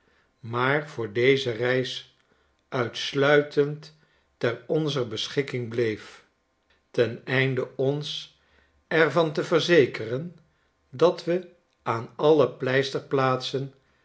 maar voor deze reis uitsluitend ter onzer beschikking bleef ten einde ons er van te verzekeren dat we aan alle pleisterplaatsen